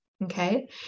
Okay